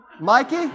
Mikey